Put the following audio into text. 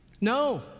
No